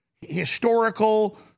historical